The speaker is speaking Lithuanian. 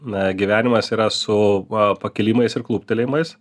na gyvenimas yra su a pakilimais ir kluptelėjimais